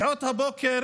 משעות הבוקר